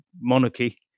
monarchy